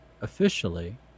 officially